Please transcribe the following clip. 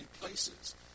places